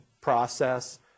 process